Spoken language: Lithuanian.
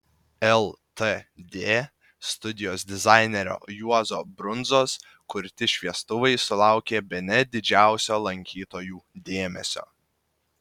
ltd studijos dizainerio juozo brundzos kurti šviestuvai sulaukė bene didžiausio lankytojų dėmesio